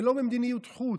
לא במדיניות חוץ,